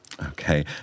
Okay